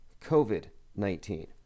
COVID-19